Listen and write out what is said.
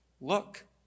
look